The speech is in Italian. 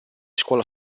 scuola